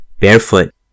barefoot